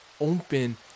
open